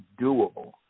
doable